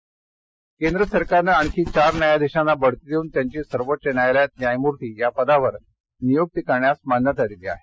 न्यायाधीश केंद्र सरकारनं आणखी चार न्यायाधीशांना बढती देऊन त्यांची सर्वोच्च न्यायालयात न्यायमूर्ती या पदावर नेमणूक करण्यास मान्यता दिली आहे